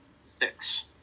six